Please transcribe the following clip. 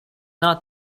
not